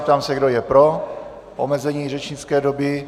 Ptám se, kdo je pro omezení řečnické doby?